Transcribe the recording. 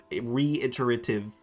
reiterative